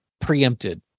preempted